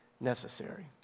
necessary